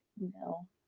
no